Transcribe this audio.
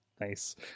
Nice